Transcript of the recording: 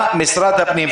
מה משרד הפנים,